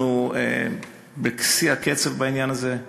אנחנו בשיא הקצב בעניין הזה,